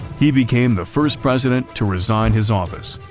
he became the first president to resign his office,